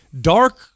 Dark